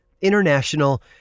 international